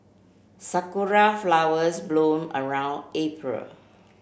Sakura flowers bloom around April